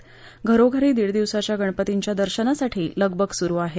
त्याचबरोबर घरोघरी दीड दिवसाच्या गणतींच्या दर्शनासाठी लगबग सुरु आहे